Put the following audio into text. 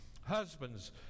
husbands